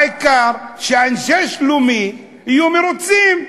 העיקר שאנשי שלומי יהיו מרוצים.